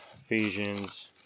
Ephesians